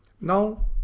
Now